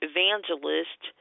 Evangelist